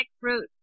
fruit